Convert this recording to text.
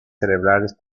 cerebrales